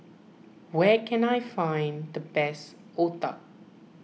where can I find the best Otah